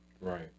right